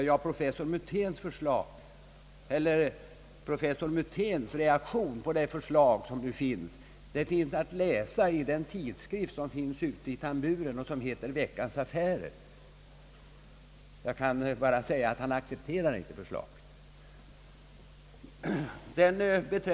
Jo, professor Muténs reaktion på detta förslag står att läsa i den tidskrift som finns ute i tamburen och som heter Veckans Affärer. Jag kan bara säga att han accepterar inte förslaget.